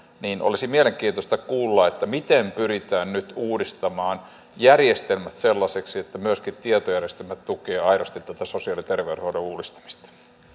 olisi mielenkiintoista kuulla miten pyritään nyt uudistamaan järjestelmät sellaisiksi että myöskin tietojärjestelmät tukevat aidosti tätä sosiaali ja terveydenhuollon uudistamista